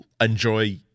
enjoy